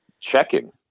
checking